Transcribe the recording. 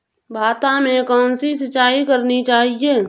भाता में कौन सी सिंचाई करनी चाहिये?